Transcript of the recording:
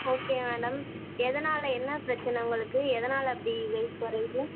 okay madam எதனால் என்ன பிரச்சனை உங்களுக்கு எதனால் அப்படி வெயிட் குறையிது